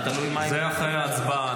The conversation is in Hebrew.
זה תלוי --- את זה נחליט אחרי ההצבעה.